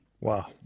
Wow